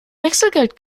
wechselgeld